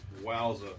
Wowza